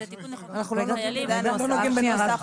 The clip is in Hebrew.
זה תיקון לחוק משפחות חיילים ואנחנו לא נוגעים בנוסח.